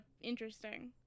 interesting